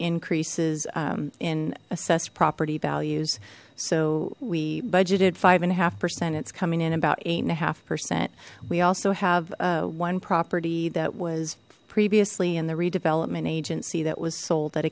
increases in assessed property values so we budgeted five and a half percent it's coming in about eight and a half percent we also have one property that was previously in the redevelopment agency that was sold that